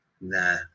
Nah